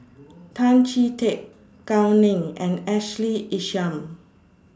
Tan Chee Teck Gao Ning and Ashley Isham